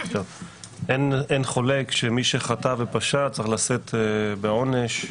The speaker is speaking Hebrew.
אין חולק שמי שחטא ופשע צריך לשאת בעונש.